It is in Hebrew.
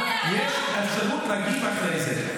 יש אפשרות להגיב אחרי זה.